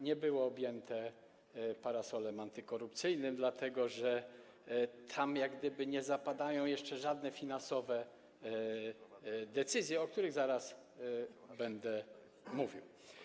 Nie było ono objęte parasolem antykorupcyjnym, dlatego że nie zapadają jeszcze żadne finansowe decyzje, o których zaraz będę mówił.